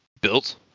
built